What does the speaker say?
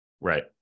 right